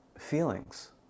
feelings